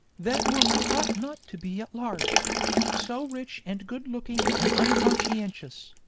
that woman ought not to be at large so rich and good-looking and unconscientious!